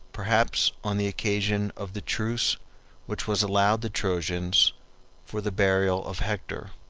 perhaps on the occasion of the truce which was allowed the trojans for the burial of hector.